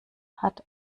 hat